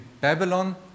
Babylon